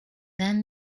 then